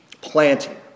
planting